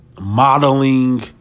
modeling